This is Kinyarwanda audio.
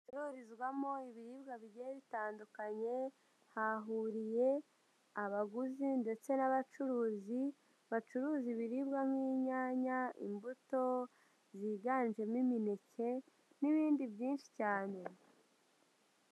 Hacururizwamo ibiribwa bigiye bitandukanye, hahuriye abaguzi ndetse n'abacuruzi, bacuruza ibiribwa nk'inyanya, imbuto ziganjemo imineke n'ibindi byinshi cyane.